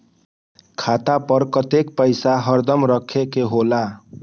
खाता पर कतेक पैसा हरदम रखखे के होला?